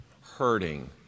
hurting